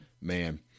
man